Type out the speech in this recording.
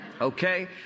Okay